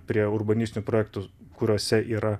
prie urbanistinių projektų kuriuose yra